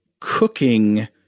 cooking